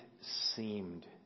seemed